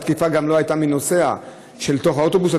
התקיפה לא הייתה של נוסע שבתוך האוטובוס,